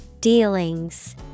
Dealings